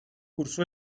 cursó